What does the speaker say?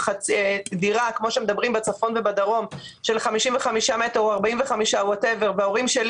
דירה כמו שמדברים בצפון ובדרום של 55 מטרים או 45 מטרים וההורים שלי